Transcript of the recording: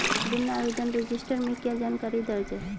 ऋण आवेदन रजिस्टर में क्या जानकारी दर्ज है?